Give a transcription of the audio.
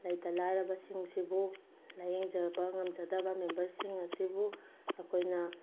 ꯂꯩꯇ ꯂꯥꯏꯔꯕꯁꯤꯡꯁꯤꯕꯨ ꯂꯥꯏꯌꯦꯡꯖꯕ ꯉꯝꯖꯗꯕ ꯃꯦꯝꯕꯔꯁꯤꯡ ꯑꯁꯤꯕꯨ ꯑꯩꯈꯣꯏꯅ